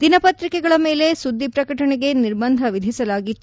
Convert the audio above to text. ದಿನಪತ್ರಿಕೆಗಳ ಮೇಲೆ ಸುದ್ದಿ ಪ್ರಕಟಣೆಗೆ ನಿರ್ಬಂಧ ವಿಧಿಸಲಾಗಿತ್ತು